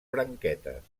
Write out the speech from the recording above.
branquetes